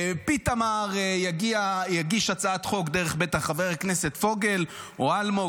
פיתמר יגיש הצעת חוק דרך חבר הכנסת פוגל או אלמוג,